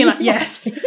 Yes